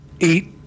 Eight